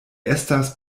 estas